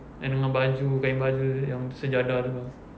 and dengan baju kain baju yang sejadah semua